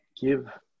give